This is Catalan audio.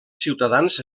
ciutadans